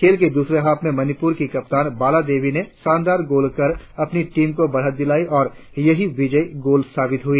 खेल के द्रसरे हाफ में मणिपुर की कप्तान बाला देवी ने शानदार गोल कर अपनी टीम को बढ़त दिलाई और यहीं विजेयी गोल साबित हुई